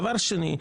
דבר שני.